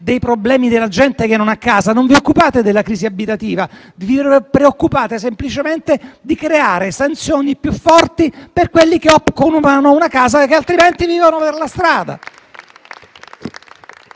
dei problemi della gente che non ha casa, non vi occupate della crisi abitativa. Vi preoccupate semplicemente di creare sanzioni più forti per quelli che occupano una casa per non vivere in strada.